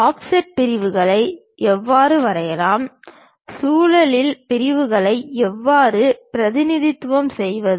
offset பிரிவுகளை எவ்வாறு வரையலாம் சுழலும் பிரிவுகளை எவ்வாறு பிரதிநிதித்துவம் செய்வது